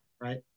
right